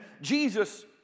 Jesus